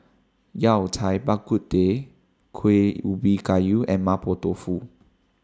Yao Cai Bak Kut Teh Kuih Ubi Kayu and Mapo Tofu